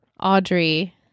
Audrey